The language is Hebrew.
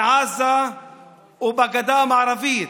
בעזה ובגדה המערבית.